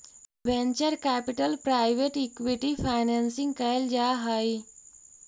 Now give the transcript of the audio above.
venture capital private equity financing कैल जा हई